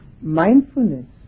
mindfulness